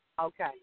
Okay